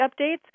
updates